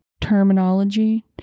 terminology